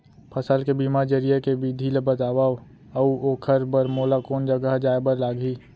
फसल के बीमा जरिए के विधि ला बतावव अऊ ओखर बर मोला कोन जगह जाए बर लागही?